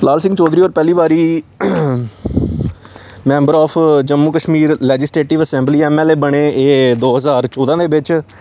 लाल सिंह चौधरी होर पैह्ली बारी member of Jammu Kashmir legislative assembly M L A बने एह् दो ज्हार चौदां दे बिच्च